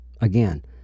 Again